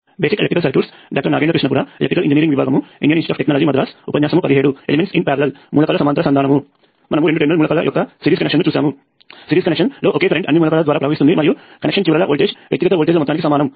మనము రెండు టెర్మినల్ మూలకాల యొక్క సిరీస్ కనెక్షన్ను చూశాము సిరీస్ కనెక్షన్ లో ఒకే కరెంట్ అన్ని మూలకాల ద్వారా ప్రవహిస్తుంది మరియు కనెక్షన్ చివరల వోల్టేజ్ వ్యక్తిగత వోల్టేజ్ల మొత్తానికి సమానము